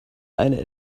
eine